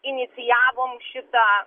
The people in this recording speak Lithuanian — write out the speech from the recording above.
inicijavom šitą